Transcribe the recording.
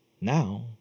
now